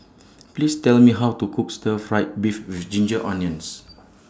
Please Tell Me How to Cook Stir Fry Beef with Ginger Onions